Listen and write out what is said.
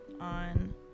on